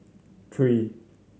three